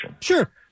Sure